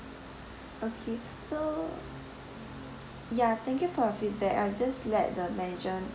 okay so ya thank you for your feedback I'll just let the manager